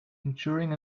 injuring